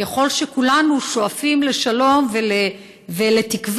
ככל שכולנו שואפים לשלום ולתקווה,